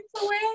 away